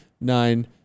nine